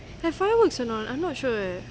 have fireworks or not I'm not sure eh